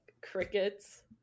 crickets